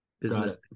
business